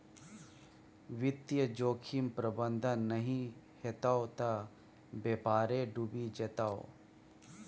वित्तीय जोखिम प्रबंधन नहि हेतौ त बेपारे डुबि जेतौ